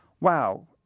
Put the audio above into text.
wow